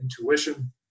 intuition